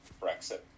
Brexit